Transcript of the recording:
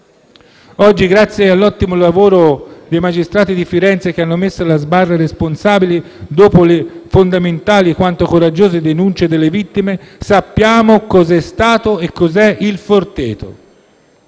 Oggi, grazie all'ottimo lavoro dei magistrati di Firenze che hanno messo alla sbarra i responsabili dopo le fondamentali quanto coraggiose denunce delle vittime, sappiamo cosa è stato e cos'è «Il Forteto»,